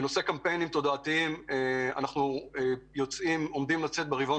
בנושא קמפיינים תודעתיים: אנחנו עומדים לצאת ברבעון